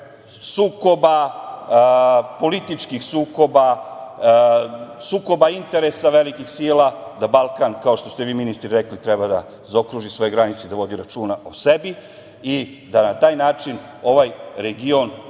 sukoba, političkih sukoba, sukoba interesa velikih sila, da Balkan, kao što ste vi ministre rekli, treba da zaokruži svoje granice i da vodi računa o sebi i da na taj način ovaj region,